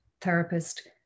therapist